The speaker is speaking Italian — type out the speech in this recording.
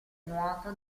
nuoto